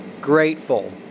grateful